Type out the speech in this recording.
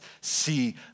see